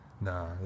Nah